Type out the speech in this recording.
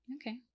Okay